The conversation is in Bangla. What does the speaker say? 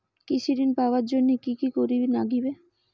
কৃষি ঋণ পাবার জন্যে কি কি করির নাগিবে?